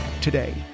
today